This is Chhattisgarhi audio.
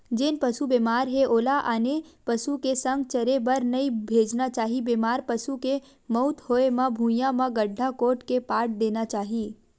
जेन पसु बेमार हे ओला आने पसु के संघ चरे बर नइ भेजना चाही, बेमार पसु के मउत होय म भुइँया म गड्ढ़ा कोड़ के पाट देना चाही